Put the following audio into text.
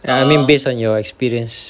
I mean based on your experience